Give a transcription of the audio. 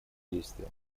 действия